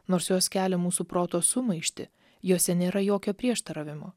nors jos kelia mūsų proto sumaištį jose nėra jokio prieštaravimo